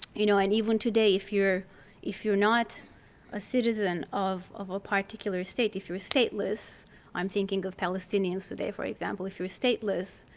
you know and even today if you're if you're not a citizen of of a particular state, if you're stateless i'm thinking of palestinians today for example if you're stateless,